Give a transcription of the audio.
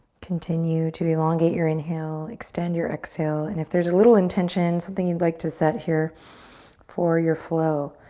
continue to elongate your inhale, extend your exhale and if there's a little intention, something you'd like to set here for your flow,